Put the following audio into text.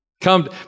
Come